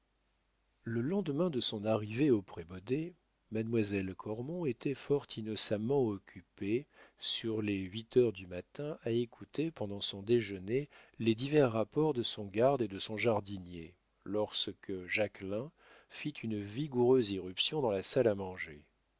le lendemain de son arrivée au prébaudet mademoiselle cormon était fort innocemment occupée sur les huit heures du matin à écouter pendant son déjeuner les divers rapports de son garde et de son jardinier lorsque jacquelin fit une vigoureuse irruption dans la salle à manger